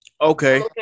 Okay